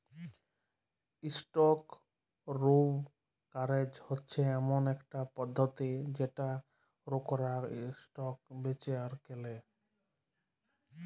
stock brokerage হচ্যে ইমন একট পধতি যেটতে বোরকাররা ইসটক বেঁচে আর কেলে